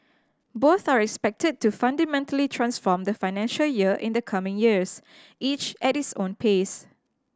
both are expected to fundamentally transform the financial year in the coming years each at its own pace